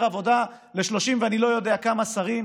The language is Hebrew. עבודה ל-30 ואני לא יודע כמה שרים,